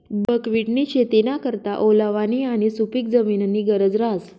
बकव्हिटनी शेतीना करता ओलावानी आणि सुपिक जमीननी गरज रहास